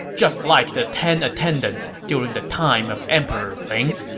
just like the ten attendants during the time of emperor ling.